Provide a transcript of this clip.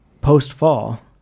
Post-fall